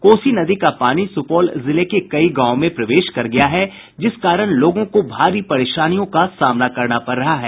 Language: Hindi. कोसी नदी का पानी सुपौल जिले के कई गांवों में प्रवेश कर गया है जिस कारण लोगों को भारी परेशानियों का सामना करना पड़ रहा है